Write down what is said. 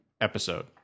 episode